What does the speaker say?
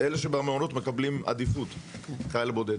אלה שבמעונות מקבלים עדיפות, חייל בודד.